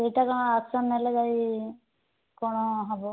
ସେଇଟା କଣ ଆକ୍ସନ ନେଲେ ଯାଇ କଣ ହବ